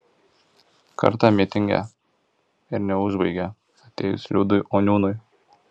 kartą mitinge ir neužbaigė atėjus liudui oniūnui